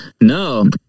No